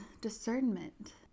discernment